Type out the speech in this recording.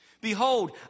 Behold